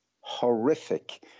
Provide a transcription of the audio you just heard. horrific